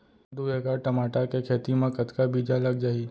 दू एकड़ टमाटर के खेती मा कतका बीजा लग जाही?